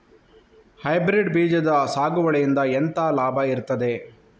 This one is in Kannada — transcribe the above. ಹೈಬ್ರಿಡ್ ಬೀಜದ ಸಾಗುವಳಿಯಿಂದ ಎಂತ ಲಾಭ ಇರ್ತದೆ?